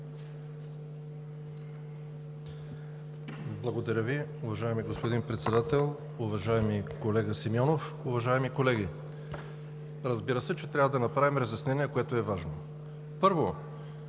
Благодаря Ви, уважаеми господин Председател. Уважаеми колега Симеонов, уважаеми колеги! Разбира се, че трябва да направим разяснение, което е важно. Първо,